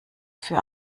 für